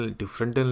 different